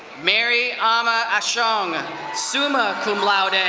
mary amaa ashong summa cum laude. and